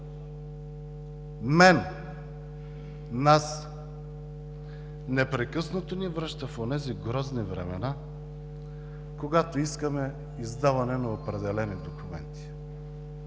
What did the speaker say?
Мен, нас непрекъснато ни връща в онези грозни времена, когато искаме издаване на определени документи.